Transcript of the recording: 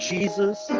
Jesus